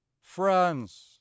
France